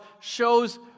shows